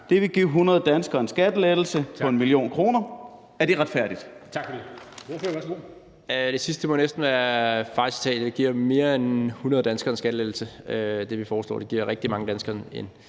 Det vil give 100 danskere en skattelettelse på 1 mio. kr. – er det retfærdigt?